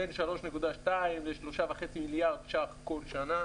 בין 3.2 ל-3.5 מיליארד שקלים כל שנה.